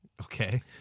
Okay